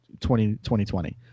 2020